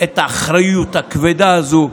את האחריות הכבדה הזאת,